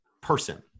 person